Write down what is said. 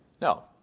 No